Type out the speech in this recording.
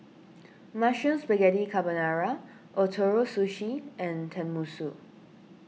Mushroom Spaghetti Carbonara Ootoro Sushi and Tenmusu